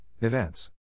events